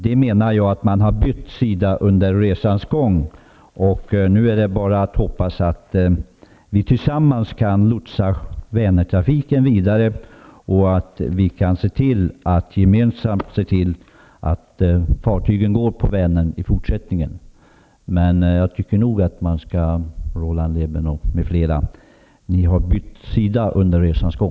Jag menar att man har bytt sida under resans gång. Nu är det bara att hoppas att vi tillsammans kan lotsa Vänertrafiken vidare och gemensamt se till att fartygen går på Vänern också i fortsättningen.